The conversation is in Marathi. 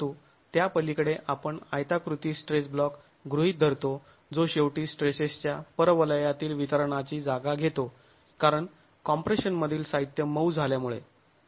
परंतु त्यापलीकडे आपण आयताकृती स्ट्रेस ब्लॉक गृहीत धरतो जो शेवटी स्ट्रेसेसच्या परवलयातील वितरणाची जागा घेतो कारण कॉम्प्रेशनमधील साहित्य मऊ झाल्यामुळे